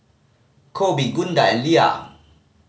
Koby Gunda and Lea